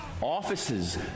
Offices